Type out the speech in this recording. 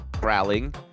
growling